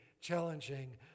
challenging